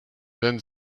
then